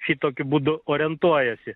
šitokiu būdu orientuojasi